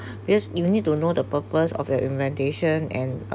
because you need to know the purpose of your inventation and uh